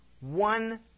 One